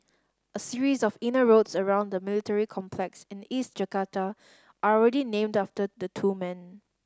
a series of inner roads around the military complex in East Jakarta are already named after the two men